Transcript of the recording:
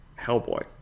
Hellboy